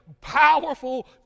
powerful